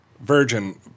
virgin